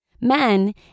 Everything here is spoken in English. Men